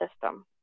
system